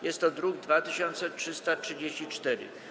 Jest to druk nr 2334.